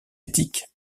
éthique